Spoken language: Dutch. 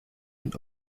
een